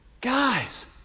guys